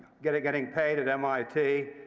getting getting paid at mit.